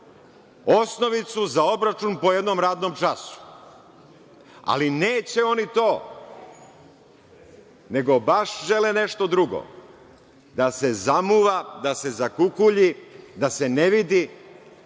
osnovicu za obračun po jednom radnom času. Ali, neće oni to, nego baš žele nešto drugo, da se zamuva, da se zakukulji, da se ne